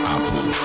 Apple